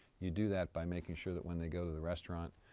you do that by making sure that when they go to the restaurant,